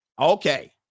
okay